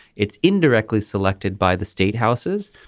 it's indirectly selected by the state houses.